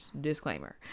Disclaimer